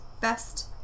best